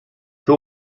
czy